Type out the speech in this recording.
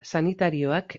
sanitarioak